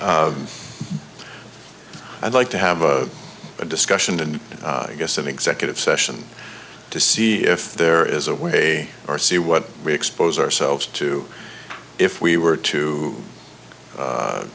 chair i'd like to have a discussion and i guess an executive session to see if there is a way or see what we expose ourselves to if we were to